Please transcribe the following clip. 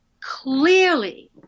clearly